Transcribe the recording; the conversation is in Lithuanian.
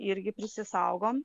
irgi prisisaugom